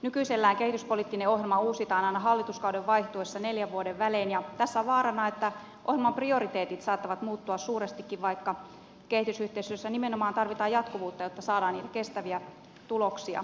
nykyisellään kehityspoliittinen ohjelma uusitaan aina hallituskauden vaihtuessa neljän vuoden välein ja tässä on vaarana että ohjelman prioriteetit saattavat muuttua suurestikin vaikka kehitysyhteistyössä nimenomaan tarvitaan jatkuvuutta jotta saadaan niitä kestäviä tuloksia